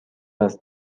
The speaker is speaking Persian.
است